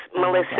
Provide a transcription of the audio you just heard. Melissa